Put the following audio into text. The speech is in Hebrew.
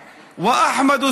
ואחמד,